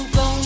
go